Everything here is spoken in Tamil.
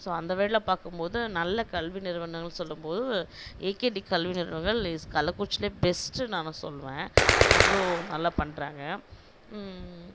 ஸோ அந்த வகையில் பார்க்கும் போது நல்ல கல்வி நிறுவனங்கள்னு சொல்லும் போது ஏகேடி கல்வி நிறுவனங்கள் இஸ் கள்ளக்குறிச்சியில் பெஸ்ட்டு நான் சொல்லுவேன் அவ்வளோ நல்லா பண்ணுறாங்க